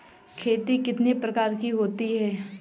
खेती कितने प्रकार की होती है?